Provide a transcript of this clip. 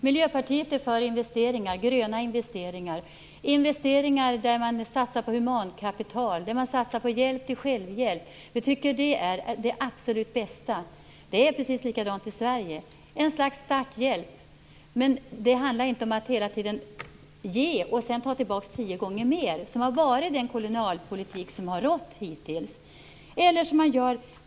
Herr talman! Miljöpartiet är för gröna investeringar där man satsar på humankapital och på hjälp till självhjälp. Vi tycker att det är det absolut bästa. Det är precis likadant i Sverige. Det är ett slags starthjälp. Det handlar inte om att hela tiden ge och sedan ta tillbaka tio gånger mer, som har varit den kolonialpolitik som har rått hittills.